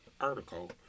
article